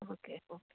okay okay